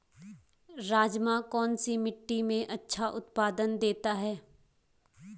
राजमा कौन सी मिट्टी में अच्छा उत्पादन देता है?